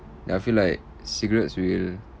ya I feel like cigarettes will